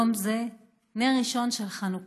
היום זה נר ראשון של חנוכה,